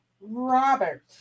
Robert